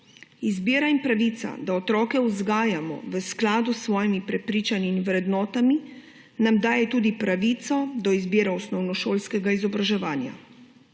Izbira in pravica, da otroke vzgajamo v skladu s svojimi prepričanji in vrednotami, nam daje tudi pravico do izbire osnovnošolskega izobraževanja.